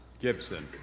gipson,